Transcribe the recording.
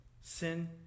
Sin